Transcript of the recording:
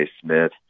Smith